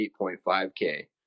8.5k